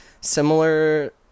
similar